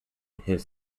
his